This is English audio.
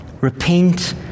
Repent